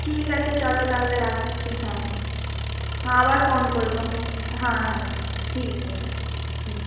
ঠিক আছে চলো তাহলে রাখছি হ্যাঁ আবার ফোন করব হ্যাঁ হ্যাঁ ঠিক আছে হুম